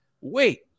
Wait